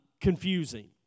confusing